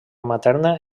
materna